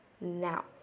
Now